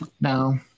No